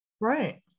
Right